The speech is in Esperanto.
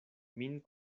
min